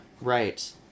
Right